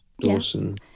Dawson